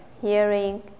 hearing